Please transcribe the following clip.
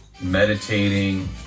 Meditating